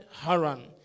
Haran